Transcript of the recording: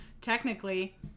Technically